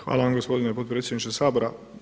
Hvala vam gospodine potpredsjedniče Sabora.